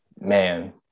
man